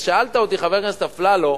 אז שאלת אותי, חבר הכנסת אפללו: